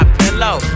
pillow